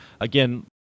again